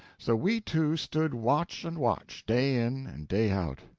so we two stood watch-and-watch, day in and day out.